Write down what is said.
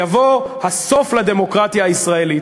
יבוא הסוף לדמוקרטיה הישראלית.